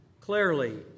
clearly